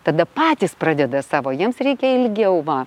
tada patys pradeda savo jiems reikia ilgiau va